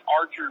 Archer